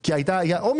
כי היה אומיקרון.